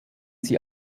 sie